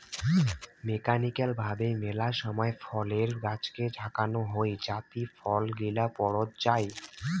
mechanical ভাবে মেলা সময় ফলের গাছকে ঝাঁকানো হই যাতি ফল গিলা পড়ত যাই